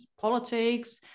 politics